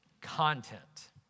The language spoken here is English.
content